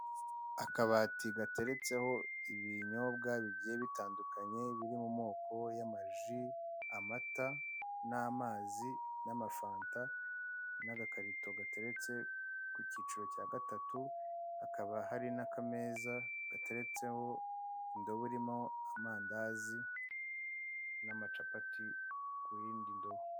Akabati gateretseho ibinyobwa bigiye bitandukanye biri mu moko y'amaji, amata n'amazi n'amafanta n'agakarito gateretse ku cyiciro cya gatatu, hakaba hari n'akameza gateretseho indobo irimo amandazi n'amacapati ku yindi ndobo.